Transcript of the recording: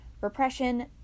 repression